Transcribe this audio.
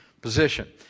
position